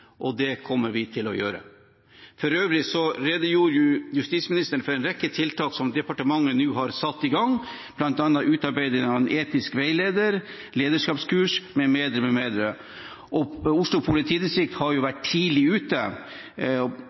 og det kommer vi til å gjøre. For øvrig redegjorde justisministeren for en rekke tiltak som departementet har satt i gang. Blant annet utarbeider man etisk veileder, lederskapskurs m.m. Oslo politidistrikt har vært tidlig ute